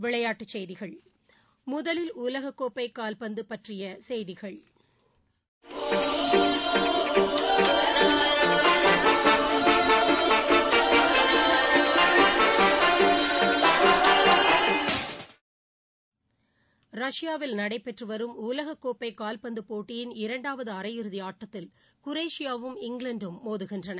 விளையாட்டுச் செய்திகள் முதலில் உலககோப்பைகால்பந்துபோட்டிபற்றியசெய்திகள் ரஷ்பாவில் நடைபெற்றுவரும் உலகக் கோப்பைகால்பந்துபோட்டியில் இரண்டாவதுஅரையிறுதிஆட்டத்தில் குரோஷியாவும் இங்கிலாந்தும் மோதுகின்றன